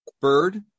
bird